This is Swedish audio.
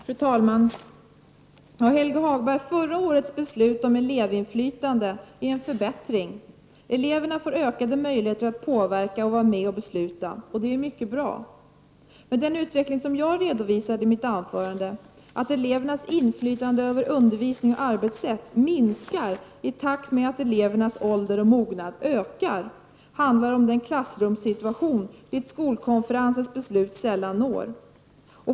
Fru talman! Förra årets beslut om elevinflytande innebär en förbättring, Helge Hagberg. Eleverna får ökade möjligheter att påverka och vara med och besluta. Det är mycket bra. Den utveckling som jag redovisade i mitt tidigare anförande — att elevernas inflytande över undervisning och arbetssätt minskar i takt med att deras ålder och mognad ökar — handlar om den klassrumssituation dit skolkonferensens beslut sällan når.